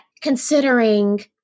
considering